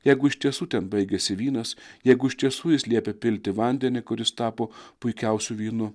jeigu iš tiesų ten baigėsi vynas jeigu iš tiesų jis liepė pilti vandenį kuris tapo puikiausiu vynu